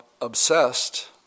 obsessed